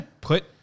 put